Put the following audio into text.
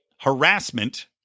harassment